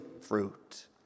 fruit